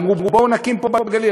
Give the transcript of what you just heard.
אמרו: בואו נקים פה בגליל,